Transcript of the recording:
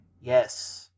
Yes